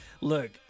look